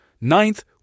Ninth